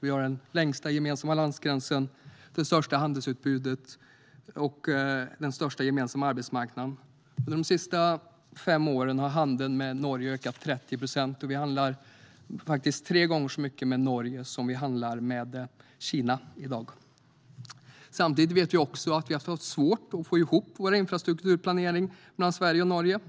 Vi har den längsta gemensamma landgränsen, det största handelsutbytet och den största gemensamma arbetsmarknaden. Under de senaste fem åren har handeln med Norge ökat med 30 procent, och i dag handlar vi faktiskt tre gånger så mycket med Norge som vi handlar med Kina. Samtidigt vet vi att vi har haft svårt att få ihop infrastrukturplaneringen mellan Sverige och Norge.